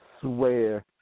swear